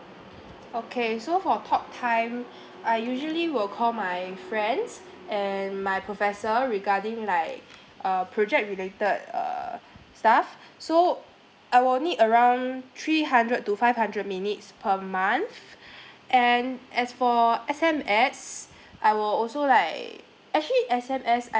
okay so for talk time I usually will call my friends and my professor regarding like uh project related uh stuff so I will need around three hundred to five hundred minutes per month and as for S_M_S I will also like actually S_M_S